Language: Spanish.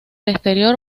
exterior